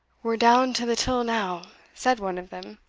we're down to the till now, said one of them,